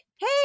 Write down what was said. hey